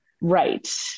Right